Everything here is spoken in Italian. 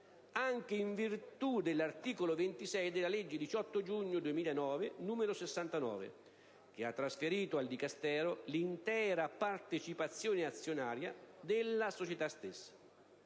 anche in virtù dell'articolo 26 della legge 18 giugno 2009, n. 69, che ha trasferito al Dicastero l'intera partecipazione azionaria della società stessa.